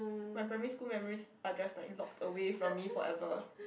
my primary school memories are just like locked away from me forever